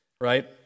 Right